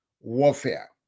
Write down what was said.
warfare